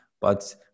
But-